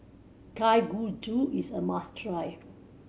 kalguksu is a must try